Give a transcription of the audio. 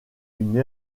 une